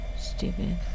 Stupid